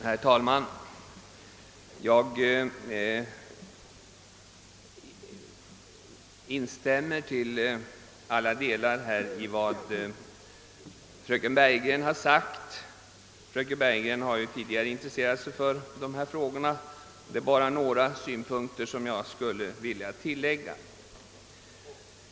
Herr talman! Jag instämmer till alla delar i vad fröken Bergegren sagt. Hon har ju tidigare intresserat sig för dessa frågor, och jag skall bara be att få tillägga ett par synpunkter.